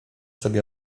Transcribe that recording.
sobie